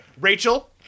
Rachel